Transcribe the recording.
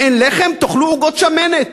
אם אין לחם, תאכלו עוגות שמנת,